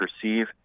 perceive